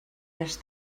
les